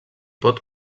pot